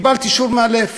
קיבלתי שיעור מאלף.